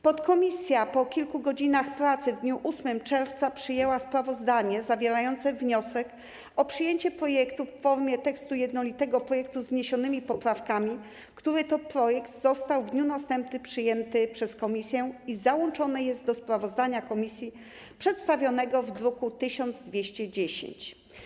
Podkomisja po kilku godzinach pracy w dniu 8 czerwca przyjęła sprawozdanie zawierające wniosek o przyjęcie projektu w formie tekstu jednolitego projektu z wniesionymi poprawkami, który to projekt został w dniu następnym przyjęty przez komisję, i załączone jest do sprawozdania komisji przedstawionego w druku nr 1210.